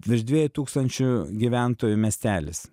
virš dviejų tūkstančių gyventojų miestelis